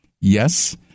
yes